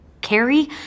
Carrie